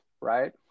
right